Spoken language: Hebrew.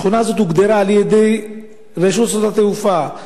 היא הוגדרה על-ידי רשות שדות התעופה,